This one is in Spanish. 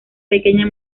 pequeña